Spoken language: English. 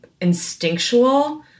instinctual